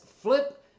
Flip